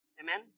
Amen